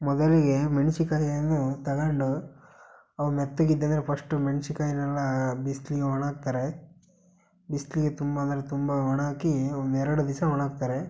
ಮೊದಲಿಗೆ ಮೆಣ್ಸಿನಕಾಯನ್ನು ತಗೊಂಡು ಅವು ಮೆತ್ತಗಿದ್ದಂದರೆ ಫಸ್ಟು ಮೆಣ್ಸಿನಕಾಯನ್ನೆಲ್ಲ ಬಿಸ್ಲಿಗೆ ಒಣಾಗ್ತಾರೆ ಬಿಸ್ಲಿಗೆ ತುಂಬ ಅಂದರೆ ತುಂಬ ಒಣ ಹಾಕಿ ಒಂದು ಎರಡು ದಿವ್ಸ ಒಣಾಗ್ತಾರೆ